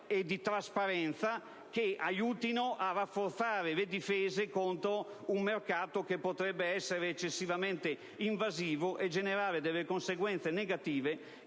e trasparenza che aiutino a rafforzare le difese contro un mercato che potrebbe essere eccessivamente invasivo e generare delle conseguenze negative